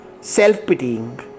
self-pitying